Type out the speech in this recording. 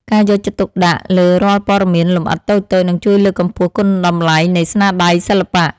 ការយកចិត្តទុកដាក់លើរាល់ព័ត៌មានលម្អិតតូចៗនឹងជួយលើកកម្ពស់គុណតម្លៃនៃស្នាដៃសិល្បៈ។